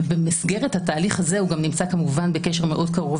במסגרת התהליך הזה הוא גם נמצא כמובן בקשר מאוד קרוב